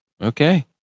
Okay